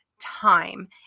time